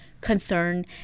concern